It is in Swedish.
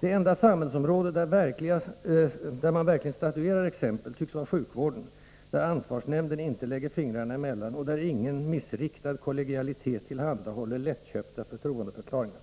Det enda samhällsområde där man verkligen statuerar exempel tycks vara sjukvården, där ansvarsnämnden inte lägger fingrarna emellan och där ingen missriktad kollegialitet tillhandahåller lättköpta förtroendeförklaringar.